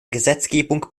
gesetzgebung